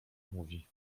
mówi